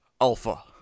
Alpha